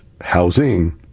housing